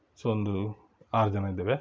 so ಒಂದು ಆರು ಜನ ಇದ್ದೇವೆ